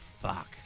fuck